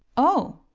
oh!